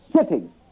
Sitting